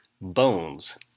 Bones